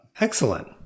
excellent